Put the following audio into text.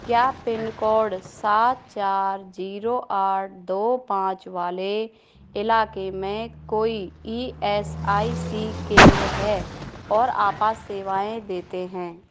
क्या पिनकोड सात चार ज़ीरो आठ दो पाँच वाले इलाके में कोई ई एस आई सी केंद्र है और आपात सेवाएँ देते हैं